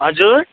हजुर